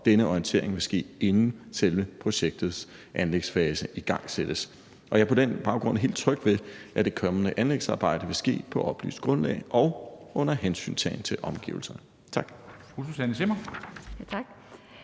denne orientering vil ske, inden selve projektets anlægsfase igangsættes. Jeg er på den baggrund helt tryg ved, at det kommende anlægsarbejde vil ske på oplyst grundlag og under hensyntagen til omgivelserne. Tak.